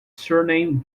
surname